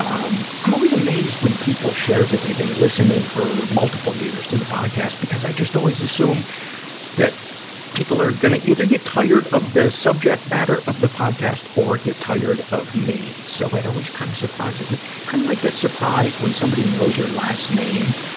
um i'm always amazed when people share that they've been listening for multiple years to the podcast, because i just always assume that people are gonna either get tired of the subject matter of the podcast or get tired of me. so, it always kind of surprises me kind of like that surprise when somebody knows you're last name,